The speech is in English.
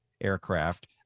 aircraft